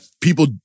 people